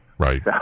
Right